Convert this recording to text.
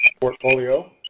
portfolio